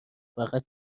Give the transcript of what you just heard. فقط